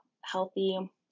healthy